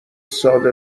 صادر